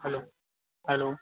hello hello